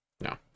no